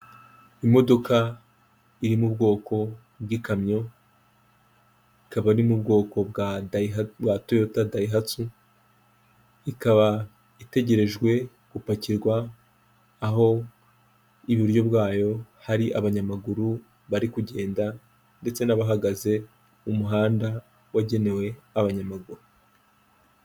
Imodoka iri mu bwoko bw'ikamyo, ikaba ari mu bwoko bwa Toyota dayihatsu, ikaba itegerejwe gupakirwa, aho iburyo bwayo hari abanyamaguru bari kugenda ndetse n'abahagaze mu muhanda wagenewe abanyamaguru.